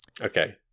Okay